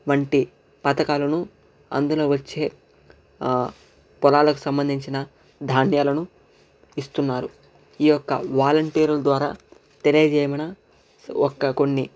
వంటి పథకాలను అందులో వచ్చే ఆ పొలాలకు సంబంధించిన ధాన్యాలను ఇస్తున్నారు ఈ యొక్క వాలంటీర్ల ద్వారా తెలియజేయమన ఒక్క కొన్ని